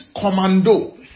commando